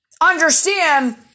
Understand